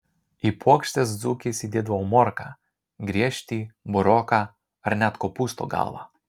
į puokštes dzūkės įdėdavo morką griežtį buroką ar net kopūsto galvą